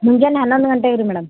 ಮುಂಜಾನೆ ಹನ್ನೊಂದು ಗಂಟೆಗೆ ರೀ ಮೇಡಮ್